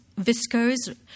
viscose